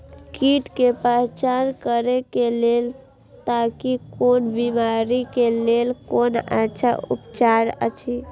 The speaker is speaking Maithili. कीट के पहचान करे के लेल ताकि कोन बिमारी के लेल कोन अच्छा उपचार अछि?